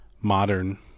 modern